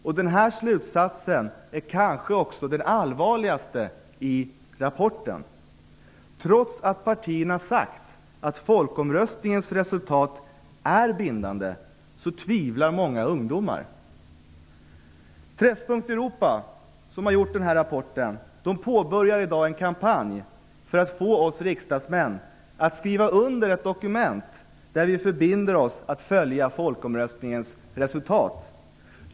Den allvarligaste slutsatsen i rapporten är kanske att trots att partierna har sagt att folkomröstningens resultat är bindande, tvivlar många ungdomar. Träffpunkt Europa, som har gjort denna rapport, påbörjar i dag en kampanj för att få oss riksdagsmän att skriva under ett dokument där vi förbinder oss att följa folkomröstningens resultat.